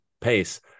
pace